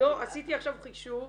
עשיתי עכשיו חישוב